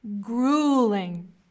grueling